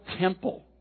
temple